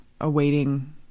awaiting